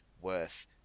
worth